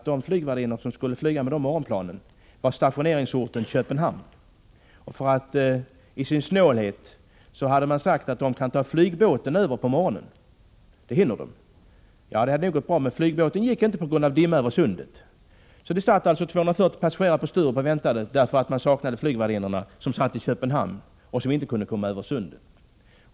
För de flygvärdinnor som skulle flyga med de här morgonplanen var stationeringsorten Köpenhamn. I sin snålhet hade man sagt att de kan ta flygbåten över på morgonen — det hinner de. Det hade nog gått bra, men flygbåten gick inte på grund av dimma över Sundet. Vi satt alltså 240 passagerare på Sturup och väntade därför att man saknade flygvärdinnorna, som satt i Köpenhamn och inte kunde komma över Sundet.